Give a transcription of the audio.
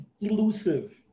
elusive